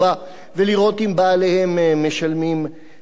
ולראות אם בעליהם משלמים מס.